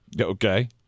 okay